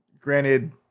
granted